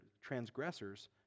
transgressors